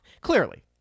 clearly